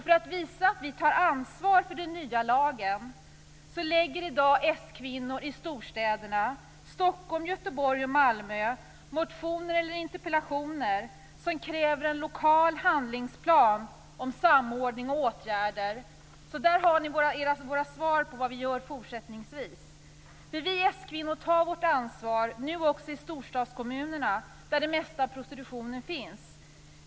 För att visa att vi tar ansvar för den nya lagen framställer i dag s-kvinnor i storstäderna Stockholm, Göteborg och Malmö motioner/interpellationer där vi kräver en lokal handlingsplan om samordning och åtgärder. Detta är svaret på frågan vad vi gör fortsättningsvis. Vi s-kvinnor tar vårt ansvar också i storstadskommunerna där det finns mest prostitution.